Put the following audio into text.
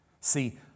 See